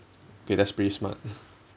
okay that's pretty smart